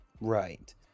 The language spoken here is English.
Right